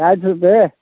साठि रुपैए